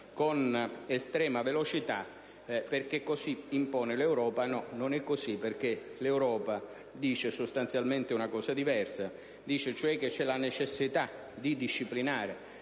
con estrema velocità perché così, impone l'Europa. Ma non è così, perché l'Europa dice sostanzialmente una cosa diversa: dice cioè che c'é la necessità di disciplinare,